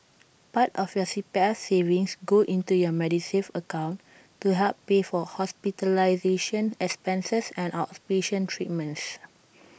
part of your C P F savings go into your Medisave account to help pay for hospitalization expenses and outpatient treatments